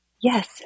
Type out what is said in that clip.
Yes